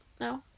No